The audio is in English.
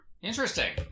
Interesting